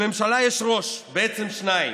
לממשלה יש ראש, בעצם שניים.